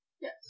Yes